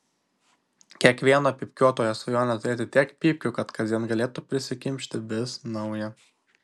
kiekvieno pypkiuotojo svajonė turėti tiek pypkių kad kasdien galėtų prisikimšti vis naują